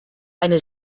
eine